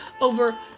over